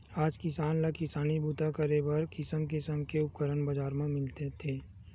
आज किसान ल किसानी बूता करे बर किसम किसम के उपकरन बजार म मिलत हे